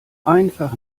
einfach